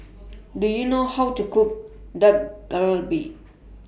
Do YOU know How to Cook Dak Galbi